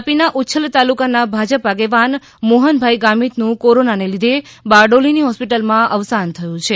તાપી ના ઉચ્છલ તાલુકા ના ભાજપ આગેવાન મોહનભાઇ ગામિત નું કોરોના ને લીધે બારડોલી ની હોસ્પિટલ માં અવસાન થયું છે